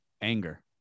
Anger